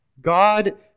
god